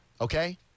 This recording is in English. Okay